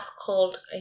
called